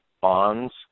bonds